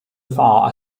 far